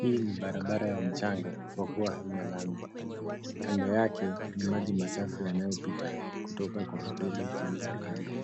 Hii ni barabara ya mchanga Kwa kuwa haina lami. Kando yake, ni maji machafu yanayopita kutoka Kwa hoteli zilizo kando.